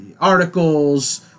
articles